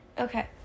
Okay